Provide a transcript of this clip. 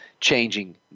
changing